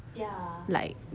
like